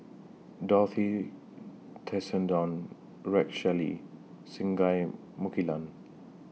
Dorothy Tessensohn Rex Shelley Singai Mukilan